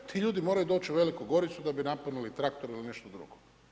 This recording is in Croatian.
Ti ljudi moraju doći u Veliku Goricu da bi napunili traktor ili nešto drugo.